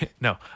No